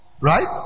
right